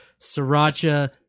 sriracha